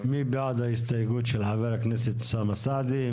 אני מעלה את ההסתייגות של חה"כ אוסאמה סעדי.